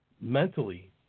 mentally